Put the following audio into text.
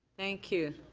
thank you.